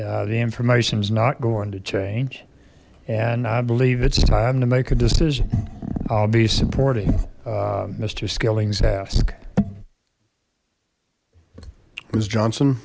the information is not going to change and i believe it's time to make a decision i'll be supporting mister skilling's ask was johnson